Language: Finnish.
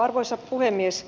arvoisa puhemies